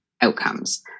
outcomes